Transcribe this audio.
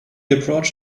approach